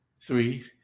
Three